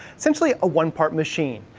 essentially a one-part machine.